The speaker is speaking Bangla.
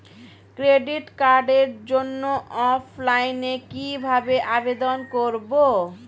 ক্রেডিট কার্ডের জন্য অফলাইনে কিভাবে আবেদন করব?